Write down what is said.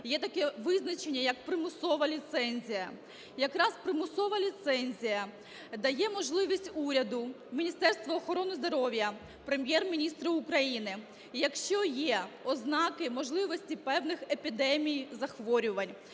є таке визначення як примусова ліцензія. Якраз примусова ліцензія дає можливість уряду, Міністерству охорони здоров'я, Прем'єр-міністру України, якщо є ознаки можливості певних епідемій, захворювань,